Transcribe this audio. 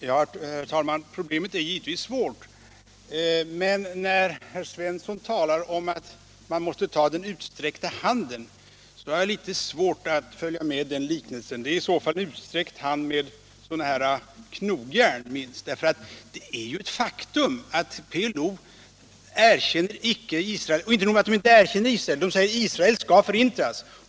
Herr talman! Problemet är givetvis svårt. Men när herr Svensson i Kungälv talar om att man måste ta den utsträckta handen så har jag litet svårt att följa med den liknelsen. Det skulle i så fall gälla en utsträckt hand med knogjärn minst. Det är ju ett faktum att PLO icke erkänner Israel — och inte nog med det: de säger att Israel skall förintas.